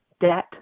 debt